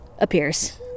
appears